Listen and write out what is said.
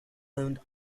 owned